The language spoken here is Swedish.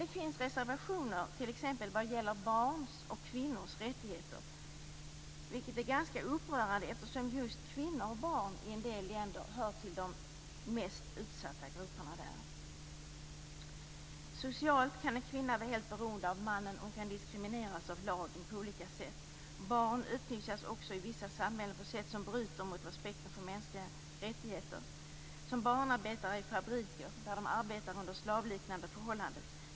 Det finns reservationer som t.ex. gäller barns och kvinnors rättigheter, vilket är ganska upprörande då just kvinnor och barn i en del länder hör till de mest utsatta grupperna. Socialt kan en kvinna vara helt beroende av mannen, och hon kan diskrimineras av lagen på olika sätt. Barn utnyttjas också i vissa samhällen på ett sätt som bryter mot respekten för mänskliga rättigheter. De kan vara barnarbetare i fabriker, där de arbetar under slaveriliknande förhållanden.